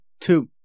two